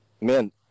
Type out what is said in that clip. man